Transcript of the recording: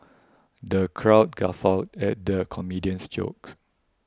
the crowd guffawed at the comedian's jokes